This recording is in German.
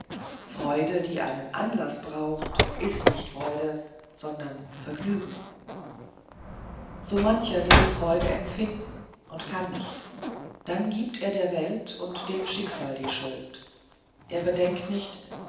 freude die einen anlaß braucht ist nicht freude sondern vergnügen so mancher will freude empfinden und kann nicht dann gibt er der welt und dem schicksal die schuld er bedenkt nicht